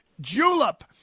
julep